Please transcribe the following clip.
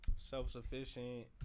Self-sufficient